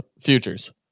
futures